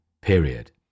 period